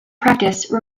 practice